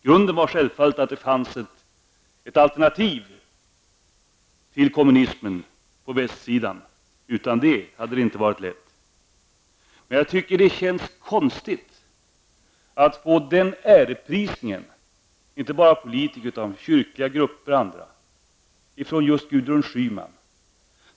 Grunden var självfallet underbart att det fanns ett alternativ till kommunismen på västsidan. Utan det hade det inte varit lätt. Jag tycker dock att det känns konstigt att få den äreprisningen -- inte bara av politiker, utan även av kyrkliga grupper och andra -- ifrån just Gudrun Schyman.